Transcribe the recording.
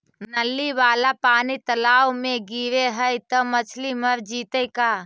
नली वाला पानी तालाव मे गिरे है त मछली मर जितै का?